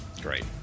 Great